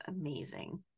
amazing